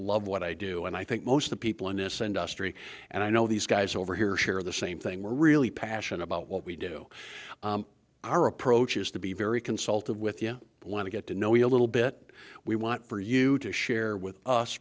love what i do and i think most of the people in this industry and i know these guys over here share the same thing we're really passionate about what we do our approach is to be very consultive with yeah when you get to know you a little it we want for you to share with us